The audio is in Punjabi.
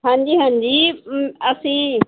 ਹਾਂਜੀ ਹਾਂਜੀ ਅਸੀਂ